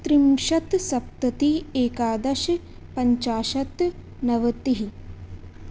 त्रिंशत् सप्ततिः एकादश पञ्चाशत् नवतिः